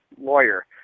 lawyer